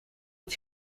het